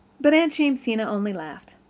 but aunt jamesina only laughed.